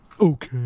okay